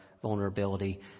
vulnerability